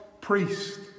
priest